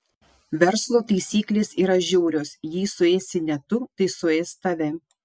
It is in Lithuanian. verslo taisyklės yra žiaurios jei suėsi ne tu tai suės tave